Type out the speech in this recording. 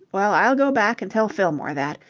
well, i'll go back and tell fillmore that.